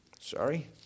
Sorry